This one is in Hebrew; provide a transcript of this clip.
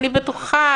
אני בטוחה,